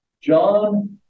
John